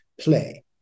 play